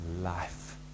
life